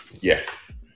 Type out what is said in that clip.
Yes